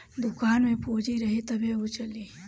दुकान में पूंजी रही तबे उ चली